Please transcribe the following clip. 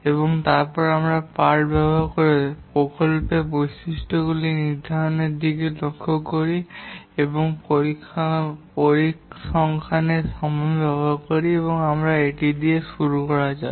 এবং তারপরে আমরা পার্ট ব্যবহার করে প্রকল্পের বৈশিষ্ট্যগুলি নির্ধারণের দিকে লক্ষ্য করি যেখানে আমরা পরিসংখ্যানের সময় ব্যবহার করি আমাদের এটি দিয়ে শুরু করা যাক